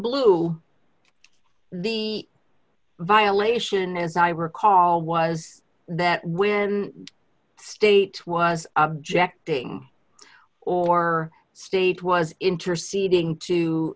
blue the violation as i recall was that when state was objecting or state was interceding to